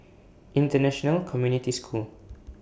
International Community School